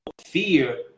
fear